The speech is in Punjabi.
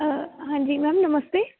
ਹਾਂਜੀ ਮੈਮ ਨਮਸਤੇ